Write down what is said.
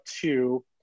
two